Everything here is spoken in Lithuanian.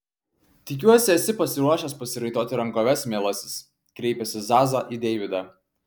tikiuosi esi pasiruošęs pasiraitoti rankoves mielasis kreipėsi zaza į deividą